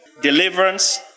deliverance